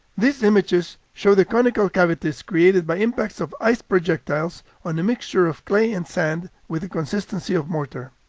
these images show the conical cavities created by impacts of ice projectiles on a mixture of clay and sand with the consistency of mortar.